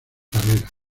carrera